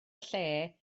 lle